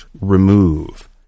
remove